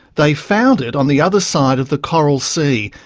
they found it on the other side of the coral sea,